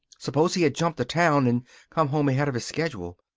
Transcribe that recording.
suppose he had jumped a town and come home ahead of his schedule.